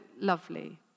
lovely